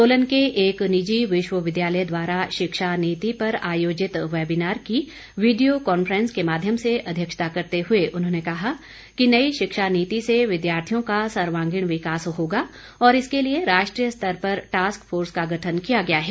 सोलन के एक निजी विश्वविद्यालय द्वारा शिक्षा नीति पर आयोजित वेबिनार की वीडियो कांफ्रेंस के माध्यम से अध्यक्षता करते हुए उन्होंने कहा कि नई शिक्षा नीति से विद्यार्थियों का सर्वांगींण विकास होगा और इसके लिए राष्ट्रीय स्तर पर टास्क फोर्स का गठन किया गया है